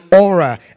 aura